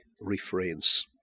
refrains